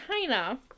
China